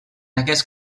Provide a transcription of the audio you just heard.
aquest